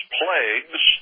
plagues